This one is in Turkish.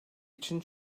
için